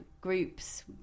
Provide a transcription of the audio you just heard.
groups